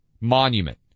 monument